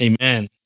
Amen